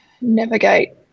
navigate